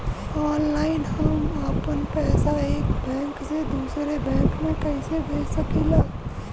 Online हम आपन पैसा एक बैंक से दूसरे बैंक में कईसे भेज सकीला?